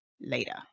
later